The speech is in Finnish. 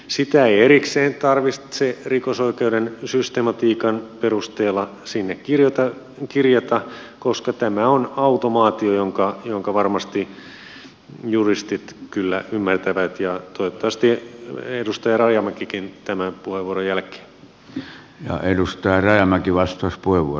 sitä ei erikseen tarvitse rikosoikeuden systematiikan perusteella sinne kirjata koska tämä on automaatio jonka varmasti juristit kyllä ymmärtävät ja toivottavasti edustaja rajamäkikin tämän puheenvuoron jälkeen